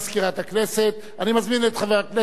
אני מזמין את חבר הכנסת נסים זאב לעלות